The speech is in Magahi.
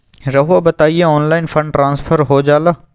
रहुआ बताइए ऑनलाइन फंड ट्रांसफर हो जाला?